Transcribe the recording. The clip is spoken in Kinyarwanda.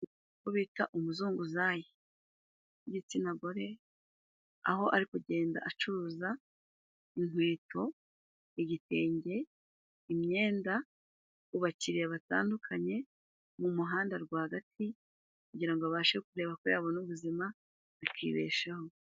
Uwo bita umuzunguzayi w'igitsina gore aho ari kugenda acuruza inkweto, igitenjye, imyenda ku bakiriya batandukanye mu muhanda rw'agati kugira ngo abashe kureba ko yabona ubuzima akibeshaho.